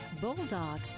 bulldog